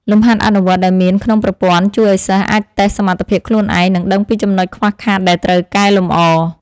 លំហាត់អនុវត្តដែលមានក្នុងប្រព័ន្ធជួយឱ្យសិស្សអាចតេស្តសមត្ថភាពខ្លួនឯង និងដឹងពីចំណុចខ្វះខាតដែលត្រូវកែលម្អ។